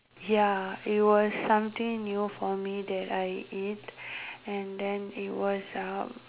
ya it was something new for me that I eat and then it was uh